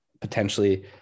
potentially